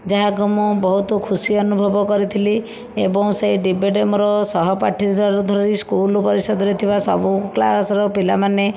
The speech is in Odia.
ଯାହାକୁ ମୁଁ ବହୁତ ଖୁସି ଅନୁଭବ କରିଥିଲି ଏବଂ ସେହି ଡିବେଟ ମୋର ସହପାଠୀଠାରୁ ଧରି ସ୍କୁଲ ପରିଷଦରେ ଥିବା ସବୁ କ୍ଲାସରେ ପିଲାମାନେ